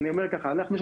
אנחנו נפעל מהר מאוד.